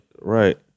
right